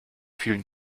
fühlen